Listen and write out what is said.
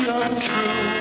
untrue